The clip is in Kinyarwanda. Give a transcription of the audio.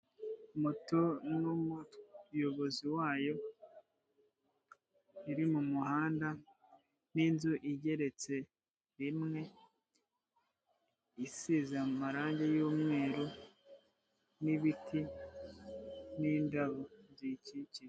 Moto n'umuyobozi wayo, iri mu muhanda n'inzu igeretse rimwe, isize amarangi y'umweru n'ibiti n'indabo ziyikikije.